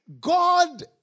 God